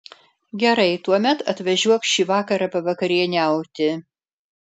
gerai tuomet atvažiuok šį vakarą pavakarieniauti